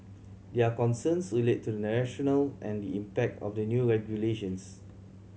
their concerns relate to the rationale and the impact of the new regulations